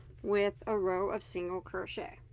with a row of single crochet